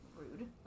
Rude